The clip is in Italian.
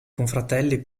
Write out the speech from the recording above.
confratelli